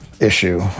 issue